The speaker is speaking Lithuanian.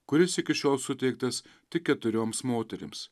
kuris iki šiol suteiktas tik keturioms moterims